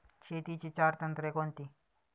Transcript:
शेतीची चार तंत्रे कोणती?